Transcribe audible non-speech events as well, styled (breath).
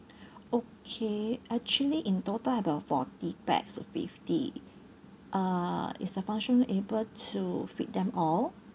(breath) okay actually in total about forty pax to fifty uh is the function room able to fit them all